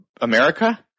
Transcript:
America